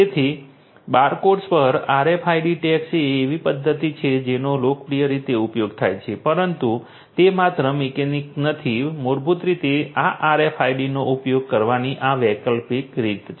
તેથી બારકોડ્સ પર RFID tags એ એક એવી પદ્ધતિ છે જેનો લોકપ્રિય રીતે ઉપયોગ થાય છે પરંતુ તે એકમાત્ર મિકેનિક નથી મૂળભૂત રીતે આ RFID નો ઉપયોગ કરવાની આ વૈકલ્પિક રીત છે